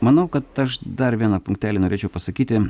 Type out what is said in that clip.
manau kad aš dar vieną punktelį norėčiau pasakyti